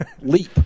leap